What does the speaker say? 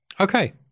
Okay